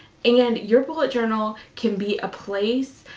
and your bullet journal can be a place,